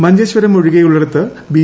മഞ്ചേശ്വരം ഒഴികെയുള്ളിട്ത്ത് ബി